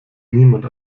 niemand